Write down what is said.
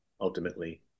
ultimately